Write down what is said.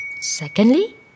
Secondly